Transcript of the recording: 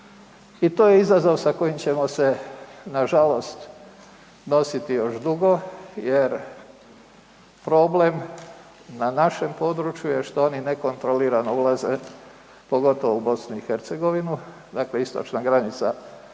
I to je izazov sa kojim ćemo se nažalost nositi još dugo jer problem na našem području je što oni nekontrolirano ulaze pogotovo u BiH, dakle istočna granica BiH-a